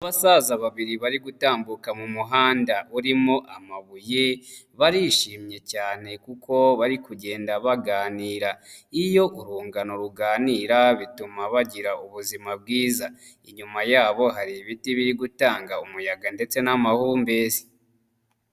Abasaza babiri bari gutambuka mu muhanda urimo amabuye barishimye cyane kuko bari kugenda baganira, iyo urungano ruganira bituma bagira ubuzima bwiza, inyuma yabo hari ibiti biri gutanga umuyaga ndetse n'amahumbezi.